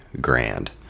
grand